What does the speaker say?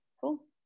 cool